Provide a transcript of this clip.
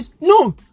No